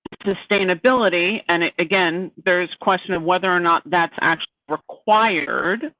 sustainability and again there's question of whether or not that's actually required.